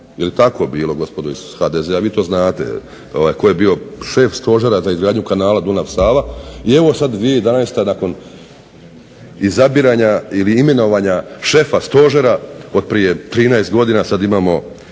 li tako bilo, gospodo iz HDZ-a, vi to znate tko je bio šef Stožera za izgradnju kanala Dunav-Sava. I evo sad 2011., nakon izabiranja ili imenovanja šefa stožera od prije 13 godina sad imamo